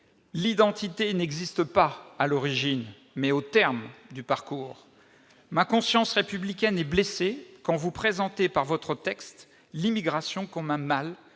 l'identité n'existe pas à l'origine, mais au terme du parcours ». Ma conscience républicaine est blessée quand vous présentez, comme vous le faites avec ce texte, l'immigration comme un mal